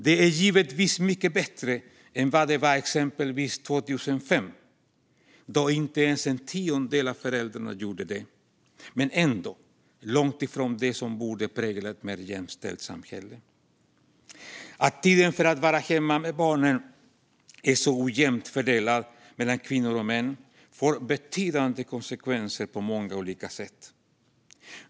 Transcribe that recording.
Det är givetvis mycket bättre än vad det var exempelvis 2005, då inte ens en tiondel av föräldrarna gjorde det, men det är ändå långt ifrån vad som borde prägla ett mer jämställt samhälle. Att tiden för att vara hemma med barnen är så ojämnt fördelad mellan kvinnor och män får betydande konsekvenser på många olika sätt.